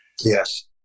Yes